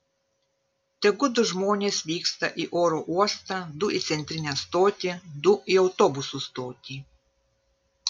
tegu du žmonės vyksta į oro uostą du į centrinę stotį du į autobusų stotį